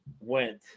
went